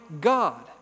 God